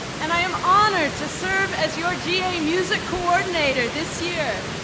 and i am honored to serve as your ga music coordinator this year.